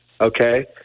Okay